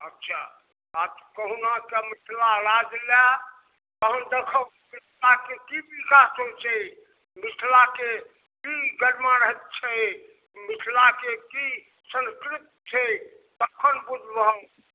अच्छा आओर कहुनाके मिथिलाराजलए तहन देखिहक मिथिलाके कि विकास होइ छै मिथिलाके कि गरिमा रहैत छै मिथिलाके कि संस्कृति छै तखन बुझबहक